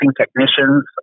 technicians